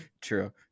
True